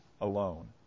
alone